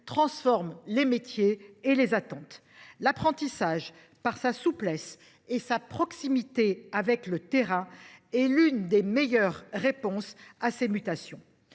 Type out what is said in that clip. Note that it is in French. transforment les métiers et les attentes des entreprises. L’apprentissage, par sa souplesse et sa proximité avec le terrain, constitue l’une des meilleures réponses à ces mutations.